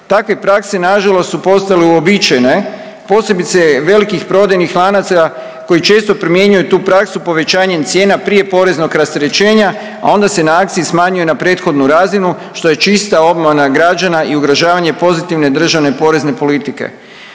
Takve prakse nažalost su postale uobičajene, posebice velikih prodajnih lanaca koji često primjenjuju tu praksu povećanjem cijena prije poreznog rasterećenja, a onda se na akciji smanjuje na prethodnu razinu što je čista obmana građana i ugrožavanje pozitivne državne porezne politike.